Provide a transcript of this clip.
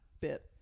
bit